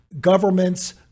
governments